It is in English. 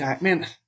man